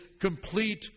complete